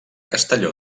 castelló